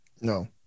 No